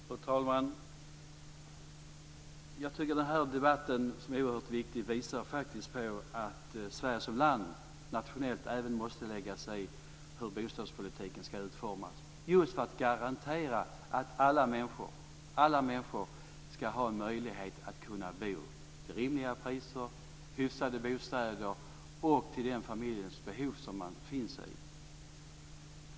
Fru talman! Jag tycker att den här debatten, som är oerhört viktig, faktiskt visar att Sverige som land nationellt måste lägga sig i hur bostadspolitiken utformas just för att garantera att alla människor ska ha en möjlighet att kunna bo till rimliga priser, i hyfsade bostäder och i enlighet med den familjs behov som man finns i.